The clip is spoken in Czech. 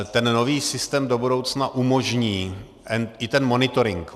Ten nový systém do budoucna umožní i ten monitoring.